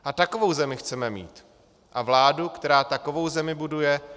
A takovou zemi chceme mít a vládu, která takovou zemi buduje.